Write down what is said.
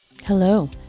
Hello